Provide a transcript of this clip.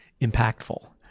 impactful